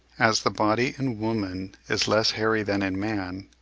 as the body in woman is less hairy than in man,